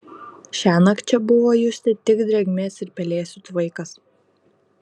šiąnakt čia buvo justi tik drėgmės ir pelėsių tvaikas